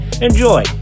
enjoy